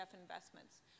investments